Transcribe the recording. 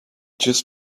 just